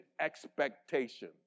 expectation